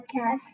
podcast